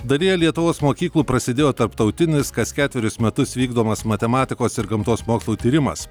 dalyje lietuvos mokyklų prasidėjo tarptautinis kas ketverius metus vykdomas matematikos ir gamtos mokslų tyrimas